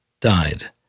died